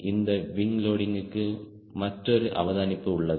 இங்கு விங் லோடிங்க்கு மற்றொரு அவதானிப்பு உள்ளது